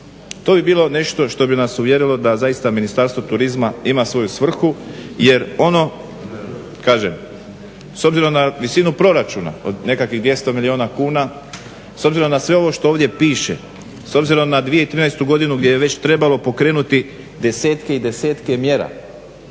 To bi bilo nešto što bi nas uvjerilo da zaista Ministarstvo turizma ima svoju svrhu jer ono kažem s obzirom na visinu proračuna od nekakvih 200 milijuna kuna, s obzirom na sve ono što ovdje piše, s obzirom na 2013. godinu gdje je već trebalo pokrenuti desetke i desetke mjera